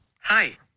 hi